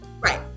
Right